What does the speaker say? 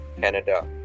Canada